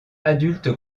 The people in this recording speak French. adulte